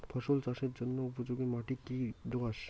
ফসল চাষের জন্য উপযোগি মাটি কী দোআঁশ?